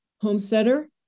homesteader